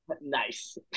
Nice